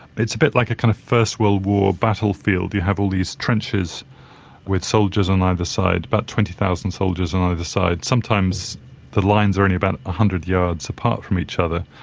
it's a bit like a kind of first world war battlefield, you have all these trenches with soldiers on either side, about twenty thousand soldiers on either side. sometimes the lines are only about one ah hundred yards apart from each other,